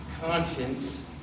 conscience